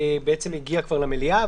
הגיע כבר למליאה,